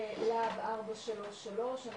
להב 433 אנחנו